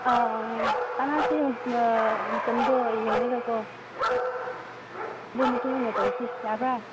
ꯑꯥ ꯀꯅꯥꯁꯨ ꯃꯇꯝꯗꯣ ꯌꯦꯡꯉꯒꯀꯣ ꯑꯗꯨꯒꯤ ꯃꯇꯨꯡ ꯏꯟꯅ ꯇꯧꯁꯤ ꯌꯥꯕ꯭ꯔꯥ